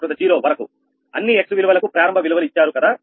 xn వరకు అన్ని x విలువలకు ప్రారంభ విలువలు ఇచ్చారు కదా